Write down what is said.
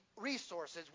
resources